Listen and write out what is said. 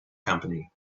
company